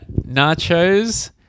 Nachos